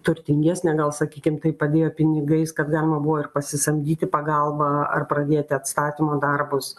turtingesnė gal sakykim taip padėjo pinigais kad galima buvo ir pasisamdyti pagalbą ar pradėti atstatymo darbus